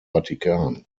vatikan